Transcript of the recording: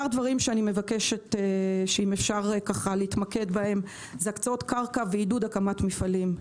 כמה דברים שאני מבקשת: הקצאות קרקע ועידוד הקמת מפעלים.